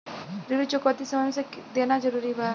ऋण चुकौती समय से देना जरूरी बा?